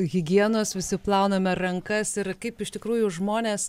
higienos visi plauname rankas ir kaip iš tikrųjų žmonės